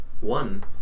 One